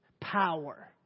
power